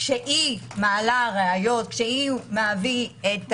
כשהיא מעלה ראיות, כשהיא מביאה את